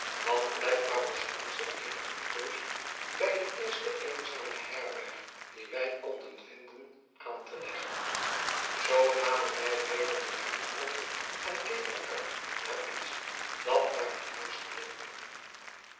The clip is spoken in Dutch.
want blijkbaar was onze eenige keus bij de eerste eenzame herberg die wij konden vinden aan te leggen zoo namen wy weder de riemen op en keken uit naar iets dat naar een huis geleek